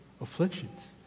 afflictions